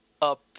up